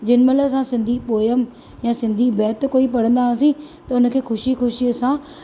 जेॾी महिल असां सिंधी पोयम या सिंधी बैत कोई पढ़ंदा हुआसीं त उन खे ख़ुशी ख़ुशी सां